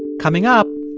coming up,